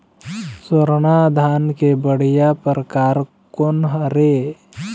स्वर्णा धान के बढ़िया परकार कोन हर ये?